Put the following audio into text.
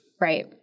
Right